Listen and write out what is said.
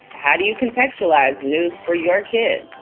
how do you contextualize news for your kids?